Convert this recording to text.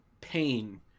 pain